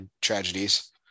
tragedies